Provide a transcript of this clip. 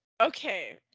Okay